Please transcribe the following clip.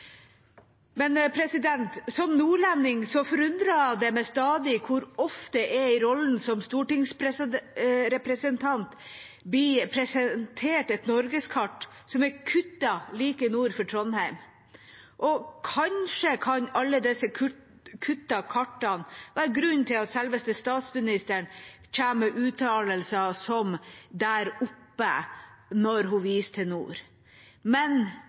Som nordlending forundrer det meg stadig hvor ofte jeg i rollen som stortingsrepresentant blir presentert et norgeskart som er kuttet like nord for Trondheim. Kanskje kan alle disse kuttede kartene være grunnen til at selveste statsministeren kommer med uttalelser som «der oppe» når hun viser til nord. Men